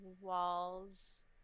walls